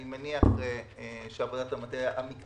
אני מניח שעבודת המטה המקצועית